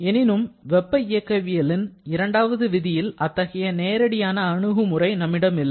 எனினும் வெப்ப இயக்கவியலின் இரண்டாவது விதியில் அத்தகைய நேரடியான அணுகுமுறை நம்மிடம் இல்லை